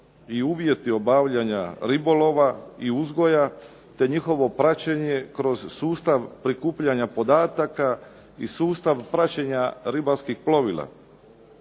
i uvjeti obavljanja ribolova i uzgoja te njihovo praćenje kroz sustav prikupljanja podataka i sustav praćenja ribarskih plovila,